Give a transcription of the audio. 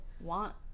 want